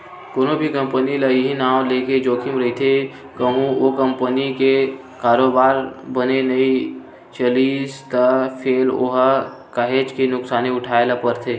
कोनो भी कंपनी ल इहीं नांव लेके जोखिम रहिथे कहूँ ओ कंपनी के कारोबार बने नइ चलिस त फेर ओला काहेच के नुकसानी उठाय ल परथे